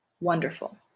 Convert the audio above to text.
wonderful